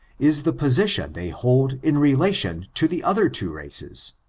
is the position they hold in relation to the other two races.